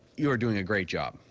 you are doing a great job.